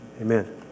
Amen